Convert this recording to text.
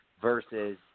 versus